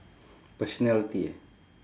personality eh